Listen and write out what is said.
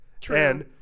True